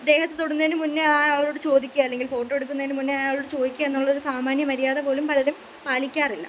ദേഹത്ത് തൊടുന്നതിനു മുന്നേ ആ ആളോട് ചോദിക്കുക അല്ലെങ്കിൽ ഫോട്ടോ എടുക്കുന്നതിനു മുന്നേ അയാളോട് ചോദിക്കുക എന്നുള്ളൊരു സാമാന്യമര്യാദ പോലും പലരും പാലിക്കാറില്ല